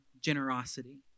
generosity